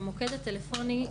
במוקד הטלפוני,